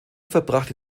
verbrachte